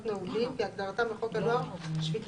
(22)מעונות ומעונות נעולים כהגדרתם בחוק הנוער (שפיטה,